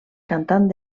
cantant